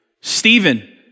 Stephen